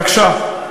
בבקשה.